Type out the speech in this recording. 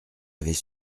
avait